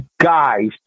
guys